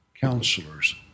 counselors